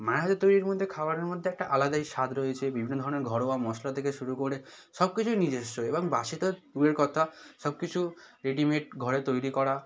মায়ের হাতের তৈরির মধ্যে খাবারের মধ্যে একটা আলাদাই স্বাদ রয়েছে বিভিন্ন ধরনের ঘরোয়া মশলা থেকে শুরু করে সব কিছুই নিজেস্ব এবং বাসি তো দূরের কথা সব কিছু রেডিমেড ঘরে তৈরি করা